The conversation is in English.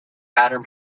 pattern